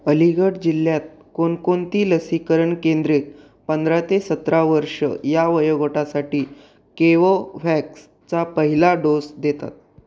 अलीगढ जिल्ह्यात कोणकोणती लसीकरण केंद्रे पंधरा ते सतरा वर्ष या वयोगटासाठी केवोवॅक्सचा पहिला डोस देतात